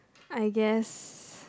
I guess